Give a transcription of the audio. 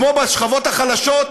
כמו בשכבות החלשות,